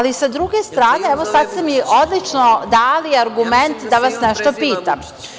Sa druge strane, sad ste me odlično dali argument da vas nešto pitam.